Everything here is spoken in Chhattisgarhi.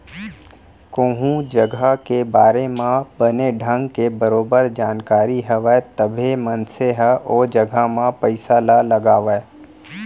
कोहूँ जघा के बारे म बने ढंग के बरोबर जानकारी हवय तभे मनसे ह ओ जघा म पइसा ल लगावय